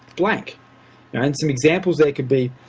like and some examples there could be,